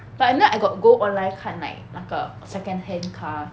but now I got go online 看 like 那个 second hand car